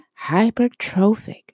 hypertrophic